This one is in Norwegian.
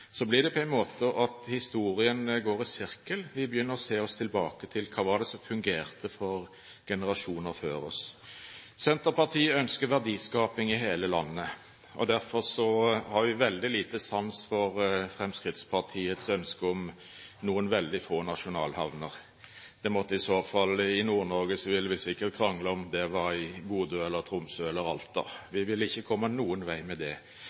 blir det på en måte slik at historien går i sirkel. Vi begynner å se oss tilbake: Hva var det som fungerte for generasjonene før oss? Senterpartiet ønsker verdiskaping i hele landet. Derfor har vi veldig lite sans for Fremskrittspartiets ønske om noen veldig få nasjonalhavner. I Nord-Norge ville vi sikker kranglet om det skulle være i Bodø, i Tromsø eller i Alta. Vi ville ikke kommet noen vei med det.